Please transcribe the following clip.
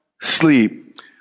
sleep